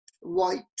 white